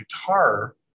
guitar